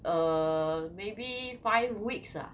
err maybe five weeks ah